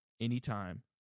anytime